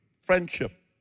friendship